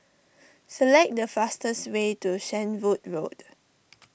select the fastest way to Shenvood Road